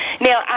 Now